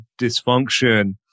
dysfunction